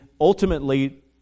ultimately